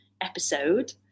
episode